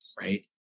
right